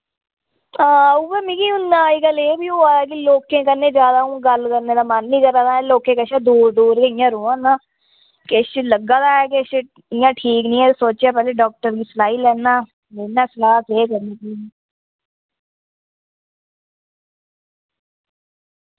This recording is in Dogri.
हां उय्यै मिगी हू'न अज्जकल एह् वी होआ दा कि लोकें कन्नै ज्यादा हू'न गल्ल करने दा मन नी करा दा लोकें कशा दूर दूर गै इ'य्यां रोआ नां किश लग्गा दा ऐ किश इ'य्यां ठीक नी ऐ ते सोचेआ पैह्ले डाक्टर गी सनाई लैन्ना लेना सलाह् केह्